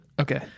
okay